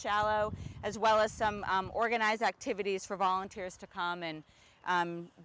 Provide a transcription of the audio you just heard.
shallow as well as some organized activities for volunteers to come and